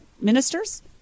ministers